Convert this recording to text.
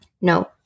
no